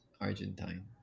Argentine